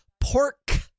pork